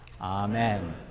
Amen